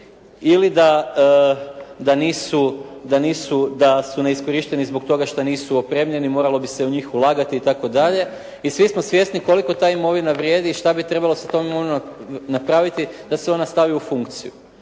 ili da su neiskorišteni zbog toga šta nisu opremljeni, moralo bi se u njih ulagati itd. i svi smo svjesni koliko ta imovina vrijedi i šta bi trebalo sa tom imovinom napraviti da se ona stavi u funkciju.